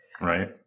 Right